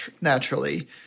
naturally